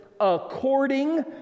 according